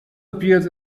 appears